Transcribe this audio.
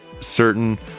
certain